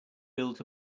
built